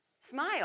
Smile